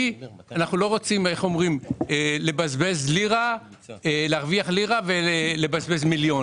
כי אנחנו לא רוצים להרוויח לירה ולבזבז מיליון.